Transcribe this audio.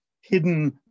hidden